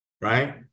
right